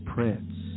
Prince